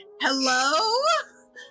hello